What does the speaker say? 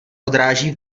odráží